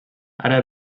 ara